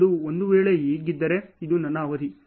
ಅದು ಒಂದು ವೇಳೆ ಹೀಗಿದ್ದರೆ ಇದು ನನ್ನ ಅವಧಿ